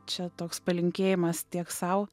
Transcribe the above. čia toks palinkėjimas tiek sau